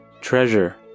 Treasure